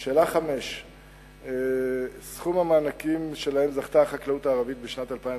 5. סכום המענקים שלהם זכתה החקלאות הערבית בשנת 2009,